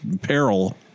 peril